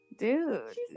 dude